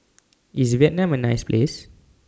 IS Vietnam A nice Place